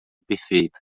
perfeita